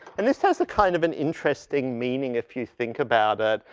and this has a kind of an interesting meaning if you think about it.